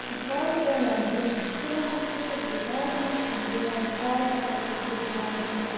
پھل پیٚوان دیٛن تِمن ہسا چھیٚس بہٕ باٹہِ منٛز دِوان پھل ہسا چھیٚس بہٕ دوان تِمن